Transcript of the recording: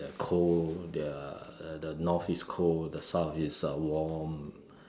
the cold the the north is cold the south is uh warm